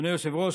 אדוני היושב-ראש,